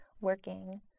working